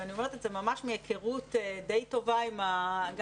ואני אומרת זה ממש מהכרות טובה למדי גם